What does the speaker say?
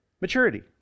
maturity